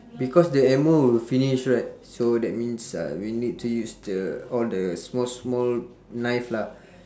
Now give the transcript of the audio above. because the ammo will finish right so that means uh we need to use the all the small small knife lah